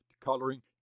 coloring